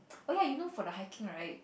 oh yeah you know for the hiking right